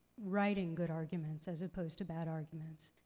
writing good arguments as opposed to bad arguments.